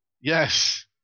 yes